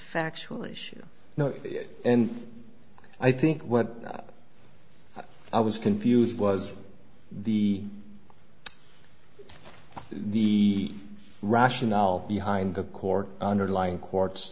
factual issue and i think what i was confused was the the rationale behind the court underlying court